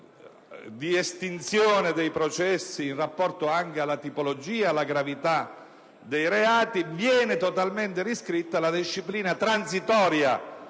di estinzione dei processi in rapporto anche alla tipologia e alla gravità dei reati. Viene totalmente riscritta la disciplina transitoria